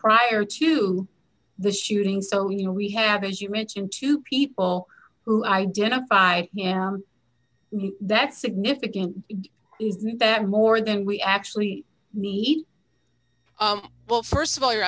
prior to the shooting so you know we have as you mentioned two people who identify that significant is that more than we actually need well st of all your